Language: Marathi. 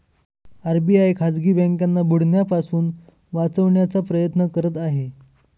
आर.बी.आय खाजगी बँकांना बुडण्यापासून वाचवण्याचा प्रयत्न करत आहे